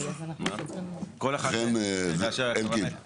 אנחנו נועלים את הישיבה.